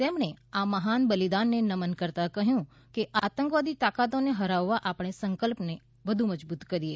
તેમણે આ મહાન બલિદાનને નમન કરતા કહયું કે આતંકવાદી તાકાતોને હરાવવા આપણા સંકલ્પને આપણે વધુ મજબુત કરીએ